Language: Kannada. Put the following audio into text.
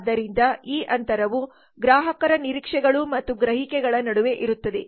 ಆದ್ದರಿಂದ ಈ ಅಂತರವು ಗ್ರಾಹಕರ ನಿರೀಕ್ಷೆಗಳು ಮತ್ತು ಗ್ರಹಿಕೆಗಳ ನಡುವೆ ಇರುತ್ತದೆ